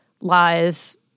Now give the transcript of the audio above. lies